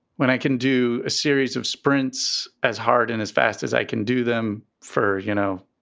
when i can do a series of sprints as hard and as fast as i can do them for, you know,